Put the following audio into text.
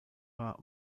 war